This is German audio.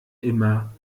immer